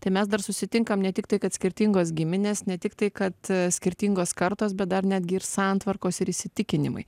tai mes dar susitinkam ne tiktai kad skirtingos giminės ne tiktai kad skirtingos kartos bet dar netgi ir santvarkos ir įsitikinimai